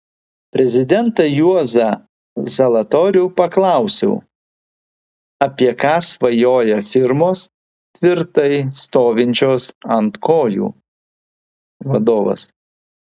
prezidentą juozą zalatorių paklausiau apie ką svajoja firmos tvirtai stovinčios ant kojų vadovas